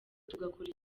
tugakora